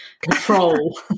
control